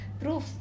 proof